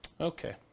Okay